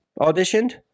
auditioned